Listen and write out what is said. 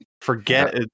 Forget